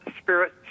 spirit